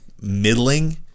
middling